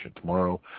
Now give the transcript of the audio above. Tomorrow